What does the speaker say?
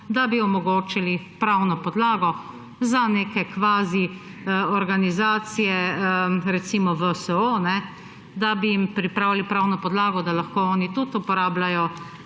da bi omogočili pravno podlago za neke kvazi organizacije, recimo VSO, da bi jim pripravili pravno podlago, da lahko oni tudi uporabljajo